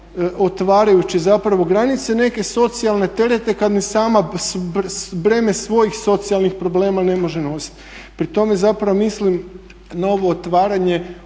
otvarajući zapravo granice, neke socijalne terete kad ni sama breme svojih socijalnih problema ne može nositi. Pri tome zapravo mislim na ovo otvaranje